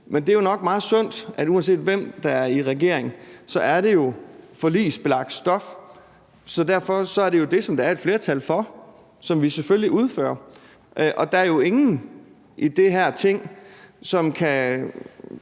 Men det er nok meget sundt, at uanset hvem der er i regering, er det forligsbelagt stof, så derfor er det jo det, der er et flertal for, som vi selvfølgelig udfører, og der er jo ingen i det her Ting, som kan